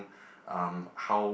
um how